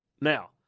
Now